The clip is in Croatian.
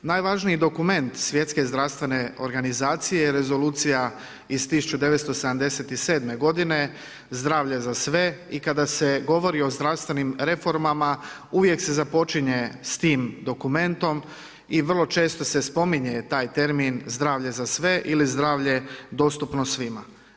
Najvažniji dokument Svjetske zdravstvene organizacije je Rezolucija iz 1977. godine „Zdravlje za sve“ i kada se govori o zdravstvenim reformama uvijek se započinje s tim dokumentom, i vrlo se često se spominje taj termin zdravlje za sve ili zdravlje dostupno svima.